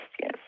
yes